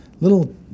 little